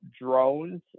drones